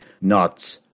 nuts